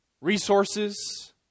resources